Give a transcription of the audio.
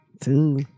Two